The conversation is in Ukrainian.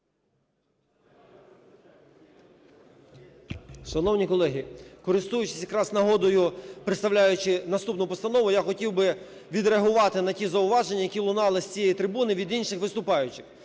Шановні колеги, користуючись якраз нагодою, представляючи наступну постанову, я хотів би відреагувати на ті зауваження, які лунали з цієї трибуни від інших виступаючих.